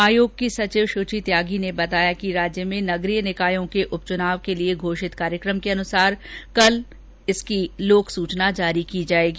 आयोग की सचिव शुचि त्यागी ने बताया कि राज्य में नगरीय निकायों के उपच्चनाव के लिए घोषित कार्यक्रम के अनुसार कल इसके लिए लोकसूचना जारी की जाएगी